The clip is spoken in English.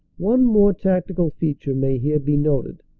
one more tactical feature may here be noted,